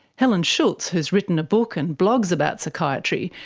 helen schultz, who has written a book and blogs about psychiatry,